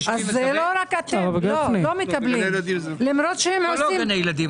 לא גני הילדים.